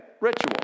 ritual